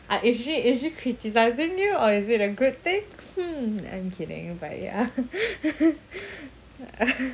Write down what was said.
ah is she is she criticizing you or is it a good thing hmm I'm kidding but ya